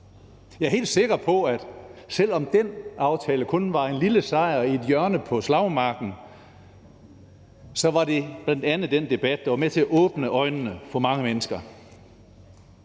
Jeg er helt sikker på, at selv om den aftale kun var en lille sejr i et hjørne på slagmarken, var det bl.a. den debat, der var med til at åbne øjnene for mange mennesker.